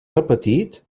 repetit